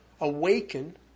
awaken